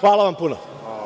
Hvala vam puno. **Maja